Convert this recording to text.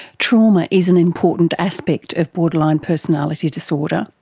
trauma is an important aspect of borderline personality disorder.